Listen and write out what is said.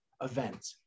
event